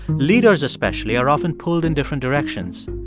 leaders, especially, are often pulled in different directions.